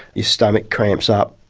your stomach cramps up,